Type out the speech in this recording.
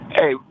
Hey